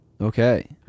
Okay